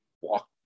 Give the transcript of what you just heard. walk